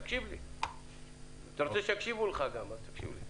אתה רוצה שיקשיבו לך, אז תקשיב לי.